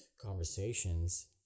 conversations